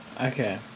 Okay